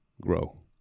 grow